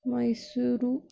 Mysuru